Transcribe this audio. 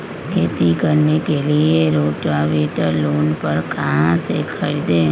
खेती करने के लिए रोटावेटर लोन पर कहाँ से खरीदे?